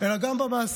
אלא גם במעשים,